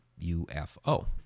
UFO